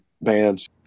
bands